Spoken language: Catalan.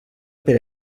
per